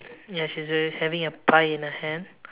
ya she's having a pie in her hand